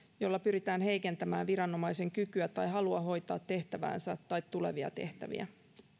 jolla pyritään heikentämään viranomaisten kykyä tai halua hoitaa tehtäväänsä tai tulevia tehtäviä